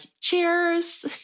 cheers